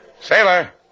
Sailor